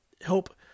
help